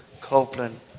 Copeland